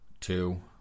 two